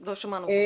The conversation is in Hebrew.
לא שמענו.